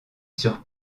sur